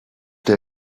der